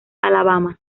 alabama